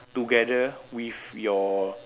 together with your